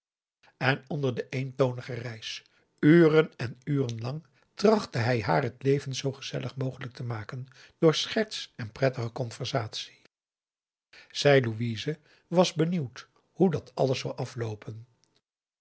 en onder de eentonige reis uren en uren lang trachtte hij haar het leven zoo gezellig mogelijk te maken door scherts en prettige conversatie zij louise was benieuwd hoe dat alles zou afloopen